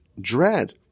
dread